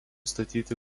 statyti